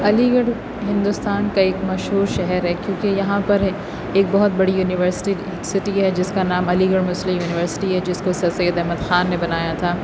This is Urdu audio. علی گڑھ ہندوستان کا ایک مشہور شہر ہے کیوں کہ یہاں پر ہے ایک بہت بڑی یونیورسٹی سٹی ہے جس کا نام علی گڑھ مسلم یونیورسٹی ہے جس کو سر سید احمد خان نے بنایا تھا